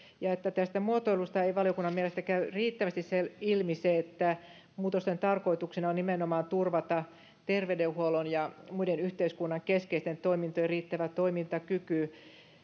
ja että tästä muotoilusta ei valiokunnan mielestä käy riittävästi ilmi se että muutosten tarkoituksena on nimenomaan turvata terveydenhuollon ja muiden yhteiskunnan keskeisten toimintojen riittävä toimintakyky